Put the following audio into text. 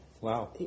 Wow